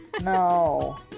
No